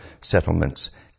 settlements